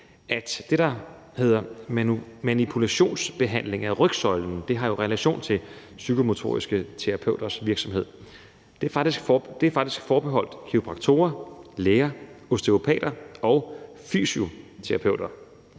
at det, der hedder manipulationsbehandling af rygsøjlen – det har jo relation til psykomotoriske terapeuters virksomhed – faktisk er forbeholdt kiropraktorer, læger, osteopater og fysioterapeuter,